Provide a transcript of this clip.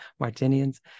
Martinians